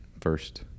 first